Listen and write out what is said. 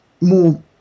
more